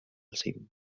cim